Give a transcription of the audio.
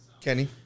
Kenny